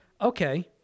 okay